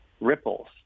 ripples